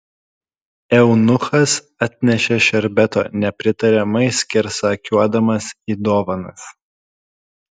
eunuchas atnešė šerbeto nepritariamai skersakiuodamas į dovanas